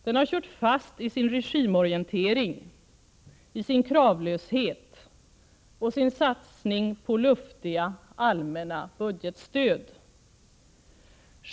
Den har kört fast i sin regimorientering, i sin kravlöshet och sin satsning på luftiga allmänna budgetstöd.